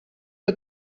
que